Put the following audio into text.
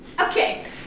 Okay